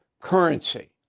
currency